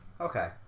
Okay